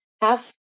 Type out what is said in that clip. half